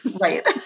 right